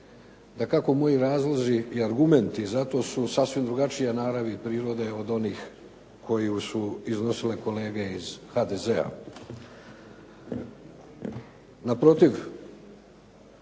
Dakako moji razlozi i argumenti za to su sasvim drugačije naravi i prirode od onih koje su iznosile kolege iz HDZ-a.